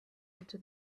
into